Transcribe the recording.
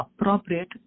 appropriate